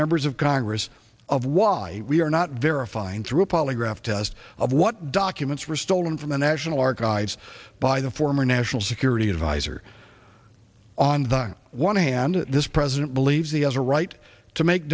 members of congress of why we are not verifying through a polygraph test of what documents were stolen from the national archives by the former national security advisor on the one hand this president believes he has a right to make